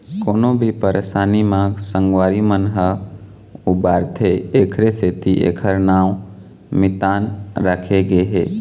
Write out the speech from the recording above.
कोनो भी परसानी म संगवारी मन ह उबारथे एखरे सेती एखर नांव मितान राखे गे हे